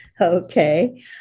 Okay